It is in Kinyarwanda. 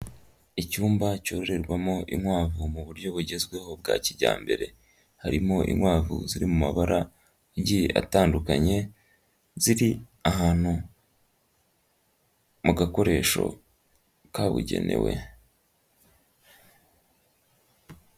Icyumba cyororerwamo inkwavu mu buryo bugezweho bwa kijyambere, harimo inkwavu ziri mu mabara agiye atandukanye, ziri ahantu mu gakoresho kabugenewe.